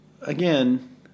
again